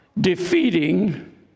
defeating